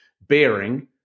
bearing